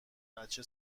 بچه